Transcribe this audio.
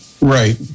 Right